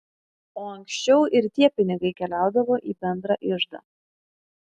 o ankščiau ir tie pinigai keliaudavo į bendrą iždą